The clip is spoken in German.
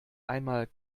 einmal